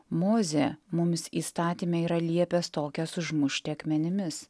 mozė mums įstatyme yra liepęs tokias užmušti akmenimis